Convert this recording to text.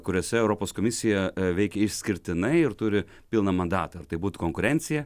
kuriose europos komisija veikia išskirtinai ir turi pilną mandatą ar tai būtų konkurencija